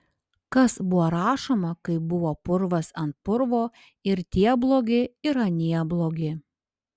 kas buvo rašoma kai buvo purvas ant purvo ir tie blogi ir anie blogi